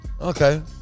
Okay